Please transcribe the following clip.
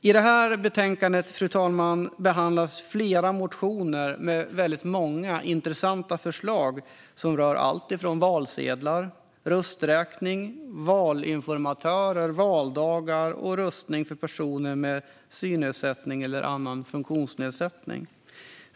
I betänkandet, fru talman, behandlas flera motioner med många intressanta förslag som rör allt från valsedlar, rösträkning, valinformatörer och valdagar till röstning för personer med synnedsättning eller annan funktionsnedsättning.